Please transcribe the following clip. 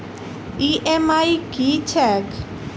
EMI की छैक?